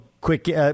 quick